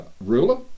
ruler